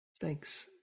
Thanks